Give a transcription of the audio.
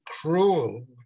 cruel